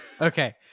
Okay